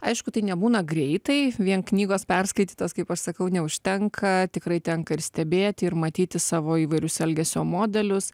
aišku tai nebūna greitai vien knygos perskaitytos kaip aš sakau neužtenka tikrai tenka ir stebėti ir matyti savo įvairius elgesio modelius